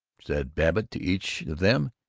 said babbitt to each of them,